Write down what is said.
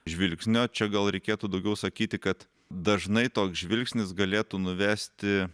žvilgsnio čia gal reikėtų daugiau sakyti kad dažnai toks žvilgsnis galėtų nuvesti